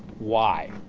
why.